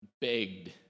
begged